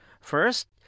First